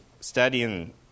studying